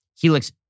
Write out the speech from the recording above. Helix